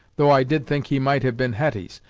though i did think he might have been hetty's,